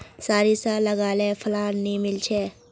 सारिसा लगाले फलान नि मीलचे?